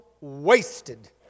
wasted